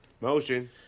Motion